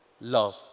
love